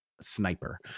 Sniper